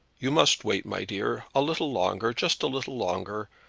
you must wait, my dear, a little longer, just a little longer,